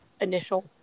initial